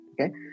Okay